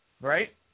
right